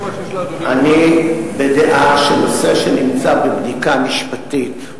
אני בדעה שנושא שנמצא בבדיקה משפטית,